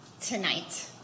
tonight